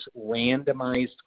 randomized